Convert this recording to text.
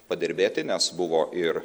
padirbėti nes buvo ir